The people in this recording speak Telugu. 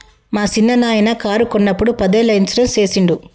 మా సిన్ననాయిన కారు కొన్నప్పుడు పదేళ్ళ ఇన్సూరెన్స్ సేసిండు